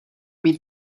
mít